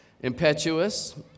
impetuous